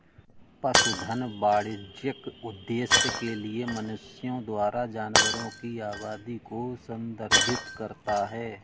पशुधन वाणिज्यिक उद्देश्य के लिए मनुष्यों द्वारा जानवरों की आबादी को संदर्भित करता है